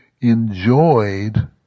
enjoyed